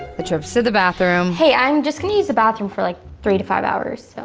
the trips to the bathroom. hey, i'm just gonna use the bathroom for like three to five hours, so.